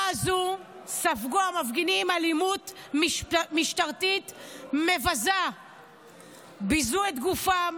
המחאה כנגד אלימות משטרתית כלפי יוצאי אתיופיה,